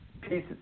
pieces